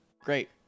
Great